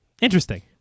interesting